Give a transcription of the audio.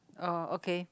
oh okay